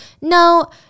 No